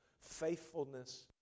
faithfulness